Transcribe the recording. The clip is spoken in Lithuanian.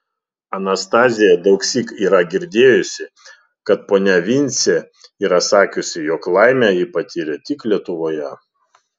anastazija daugsyk yra girdėjusi kad ponia vincė yra sakiusi jog laimę ji patyrė tik lietuvoje